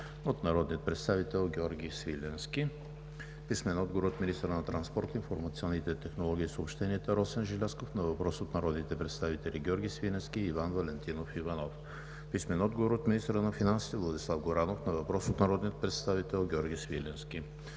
от народния представител Георги Свиленски; - министъра на транспорта, информационните технологии и съобщенията Росен Желязков на въпрос от народните представители Георги Свиленски и Иван Валентинов Иванов; - министъра на финансите Владислав Горанов на въпрос от народния представител Георги Свиленски;